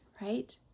right